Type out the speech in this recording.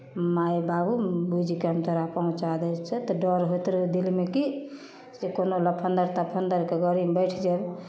माइ बाबू बूझि कऽ हम तोरा पहुँचा दै छियह तऽ डर होइत रहै दिलमे कि से कोनो लफन्दर तफन्दरके गाड़ीमे बैठ जेबै